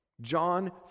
John